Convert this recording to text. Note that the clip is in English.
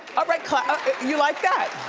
alright clap if you like that.